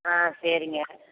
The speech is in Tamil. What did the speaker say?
ஆ சரிங்க